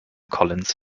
collins